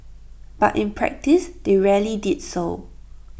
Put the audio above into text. but in practice they rarely did so